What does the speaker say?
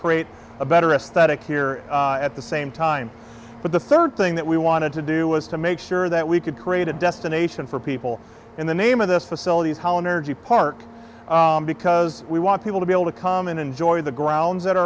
create a better aesthetic here at the same time but the third thing that we wanted to do was to make sure that we could create a destination for people in the name of this facilities how an energy park because we want people to be able to come and enjoy the grounds that